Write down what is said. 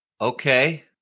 Okay